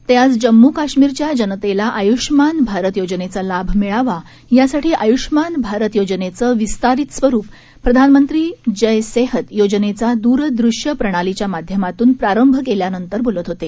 तेआजजम्मूकाश्मीरच्याजनतेलाआय्ष्मानभारतयोजनेचालाभमिळावा यासाठीआय्ष्मानभारतयोजनेचंविस्तारीतस्वरूप प्रधानमंत्रीजयसेहतयोजनेचाद्रदृश्यप्रणालीच्यामाध्यमातूनप्रारंभकेल्यानंतरबोलतहोते